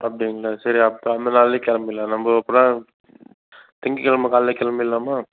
அப்படிங்களா சரி அப்போ அந்த நாள்லையே கிளம்பிடலாம் நம்ப அப்பன்னா திங்கக்கிழம கால்லைலயே கிளம்பிடலாமா